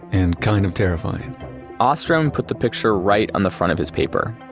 and kind of terrifying ostrom put the picture right on the front of his paper,